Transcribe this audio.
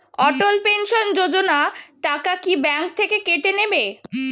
অটল pension Yojana টাকা কি bank থেকে কেটে নেবে?